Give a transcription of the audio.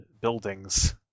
buildings